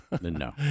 No